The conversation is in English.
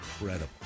incredible